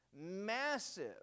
massive